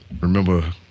remember